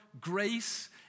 grace